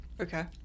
Okay